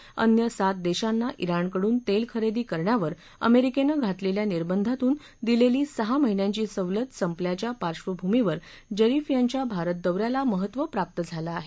भारतासह अन्य सात देशांना जिणकडून तेल खरेदी करण्यावर अमेरिकेनं घातलेल्या निर्बंधातून दिलेली सहा महिन्यांची सवलत संपल्याच्या पार्श्वभूमीवर जरीफ यांच्या भारत दौऱ्याला महत्त्व प्राप्त झालं आहे